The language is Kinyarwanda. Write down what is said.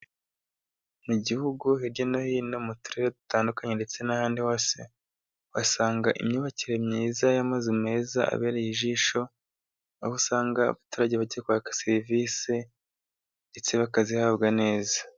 Mu gihugu, hirya no hino mu turere dutandukanye ndetse n'ahandi hose, uhasanga imyubakire myiza y'amazu meza abereye ijisho, aho usanga abaturage bajya kwaka serivisi ndetse bakazihabwa neza.